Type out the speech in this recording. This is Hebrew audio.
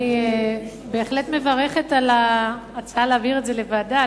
אני בהחלט מברכת על ההצעה להעביר את זה לוועדה,